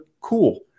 Cool